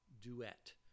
duet